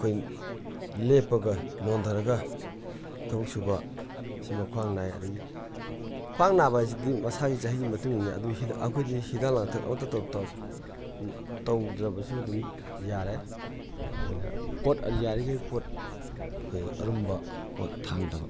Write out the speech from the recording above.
ꯑꯩꯈꯣꯏ ꯂꯦꯞꯄꯒ ꯅꯣꯟꯗꯔꯒ ꯊꯕꯛ ꯁꯨꯕ ꯁꯤꯃ ꯈ꯭ꯋꯥꯡ ꯅꯥꯏ ꯑꯗꯒꯤ ꯈ꯭ꯋꯥꯡ ꯅꯥꯕ ꯍꯥꯏꯁꯤꯗꯤ ꯃꯁꯥꯒꯤ ꯆꯍꯤꯒꯤ ꯃꯇꯨꯡ ꯏꯟꯅ ꯑꯗꯨ ꯑꯩꯈꯣꯏꯗꯤ ꯍꯤꯗꯥꯛ ꯂꯥꯡꯊꯛ ꯑꯃꯇ ꯇꯧꯗ꯭ꯔꯕꯁꯨ ꯑꯗꯨꯝ ꯌꯥꯔꯦ ꯑꯩꯈꯣꯏꯅ ꯄꯣꯠ ꯌꯥꯔꯤꯒꯩ ꯄꯣꯠ ꯑꯩꯈꯣꯏ ꯑꯔꯨꯝꯕ ꯄꯣꯠ ꯊꯥꯡꯗꯕ